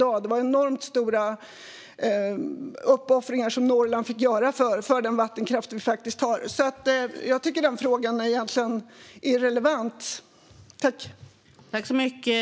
Norrland fick göra enormt stora uppoffringar för den vattenkraft vi har. Jag tycker därför att frågan egentligen är irrelevant.